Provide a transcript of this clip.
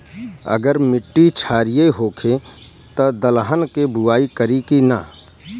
अगर मिट्टी क्षारीय होखे त दलहन के बुआई करी की न?